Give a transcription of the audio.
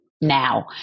now